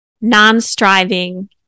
non-striving